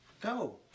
Go